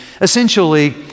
essentially